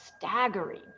staggering